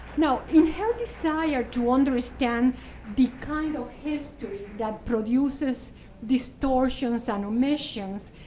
now, in her desire to understand the kind of history that produces distortions and omissions,